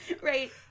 right